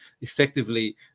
effectively